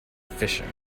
fishing